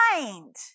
mind